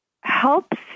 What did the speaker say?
helps